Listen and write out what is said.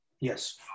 Yes